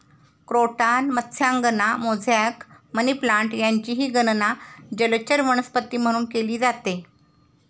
croton मत्स्यांगना, mosaic, money plant यांचीही गणना जलचर वनस्पती म्हणून केली जाते